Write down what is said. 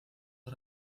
vez